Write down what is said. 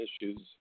issues